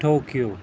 Tokyo